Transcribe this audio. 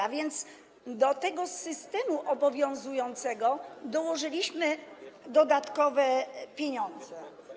A więc do tego systemu obowiązującego dołożyliśmy dodatkowe pieniądze.